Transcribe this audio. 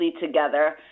together